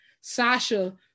Sasha